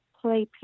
play